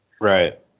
right